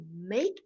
make